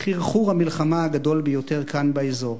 חרחור המלחמה הגדול ביותר כאן באזור.